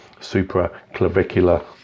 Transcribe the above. supraclavicular